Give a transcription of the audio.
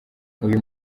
uyu